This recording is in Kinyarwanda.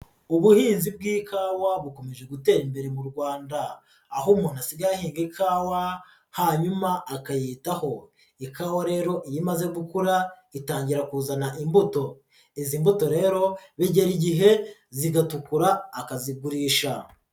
Ubuhinzi bw'ikawa bukomeje gutera imbere mu Rwanda, aho umuntu asigaye ahinga ikawa hanyuma akayitaho, ikawa rero iyo imaze gukura itangira kuzana imbuto, izi mbuto rero bigera igihe zigatukura akazigurisha.